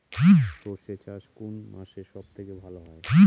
সর্ষে চাষ কোন মাসে সব থেকে ভালো হয়?